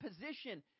position